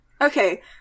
Okay